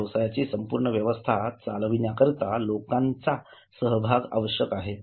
व्यवसायाची संपूर्ण व्यवस्था चालविण्याकरिता लोकांचा सहभाग अत्यावश्यक आहे